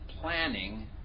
planning